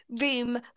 room